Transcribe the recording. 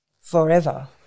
forever